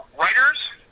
writers